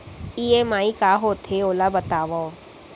EMI का होथे, ओला बतावव